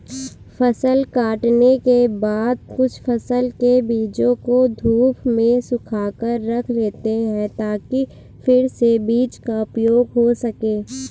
फसल काटने के बाद कुछ फसल के बीजों को धूप में सुखाकर रख लेते हैं ताकि फिर से बीज का उपयोग हो सकें